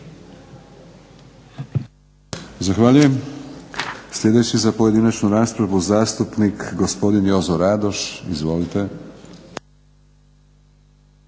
Zahvaljujem. Sljedeći za pojedinačnu raspravu zastupnik gospodin Jozo Radoš. Izvolite.